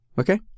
Okay